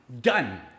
Done